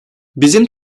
bizim